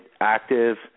active